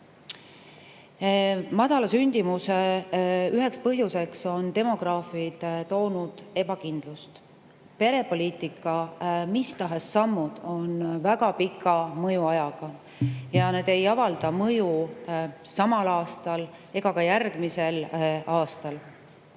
Madala sündimuse üheks põhjuseks on demograafid toonud ebakindlust. Perepoliitika mis tahes sammud on väga pika mõjuga ja need ei avalda mõju ei samal ega ka järgmisel aastal.